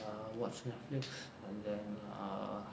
err watch netflix and then err